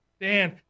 Dan